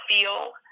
feel